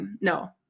No